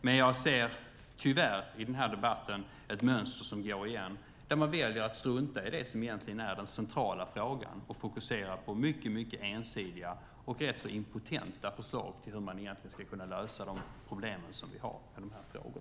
Men jag ser tyvärr i den här debatten ett mönster som går igen, där man väljer att strunta i det som egentligen är den centrala frågan och fokuserar på mycket ensidiga och rätt impotenta förslag till hur vi ska kunna lösa de problem som vi har med dessa frågor.